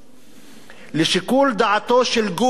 "לשיקול דעתו של גוף עצמאי,